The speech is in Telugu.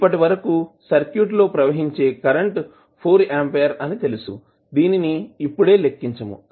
ఇప్పటివరకు సర్క్యూట్ లో ప్రవహించే కరెంట్ 4 ఆంపియర్ అని తెలుసు దీనిని ఇప్పుడే లెక్కించము